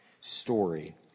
story